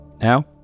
Now